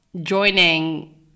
joining